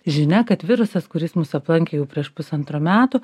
žinia kad virusas kuris mus aplankė jau prieš pusantrų metų